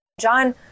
John